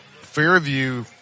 Fairview